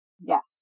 Yes